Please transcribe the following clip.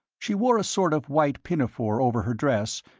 she wore a sort of white pinafore over her dress,